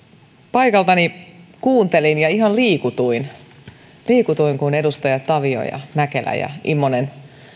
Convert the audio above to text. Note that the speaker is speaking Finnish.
paikaltani kuuntelin ja ihan liikutuin liikutuin kun edustajat tavio mäkelä ja immonen